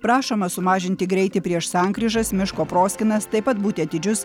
prašoma sumažinti greitį prieš sankryžas miško proskynas taip pat būti atidžius